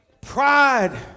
Pride